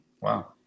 wow